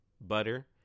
butter